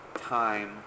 time